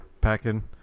packing